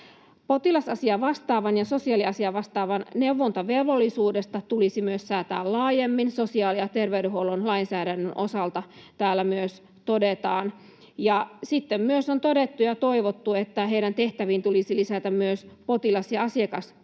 potilasasiavastaavan ja sosiaaliasiavastaavan neuvontavelvollisuudesta tulisi säätää laajemmin sosiaali- ja terveydenhuollon lainsäädännön osalta. Sitten on myös todettu ja toivottu, että heidän tehtäviinsä tulisi lisätä potilas- ja